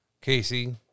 Casey